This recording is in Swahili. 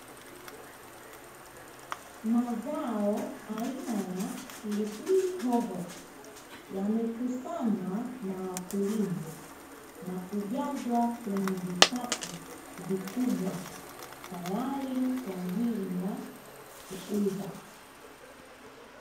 Mazao aina ya pilipili hoho, yamekusanywa na wakulima na kujazwa kwenye vikapu vikubwa, tayari kwa ajili ya kuuza.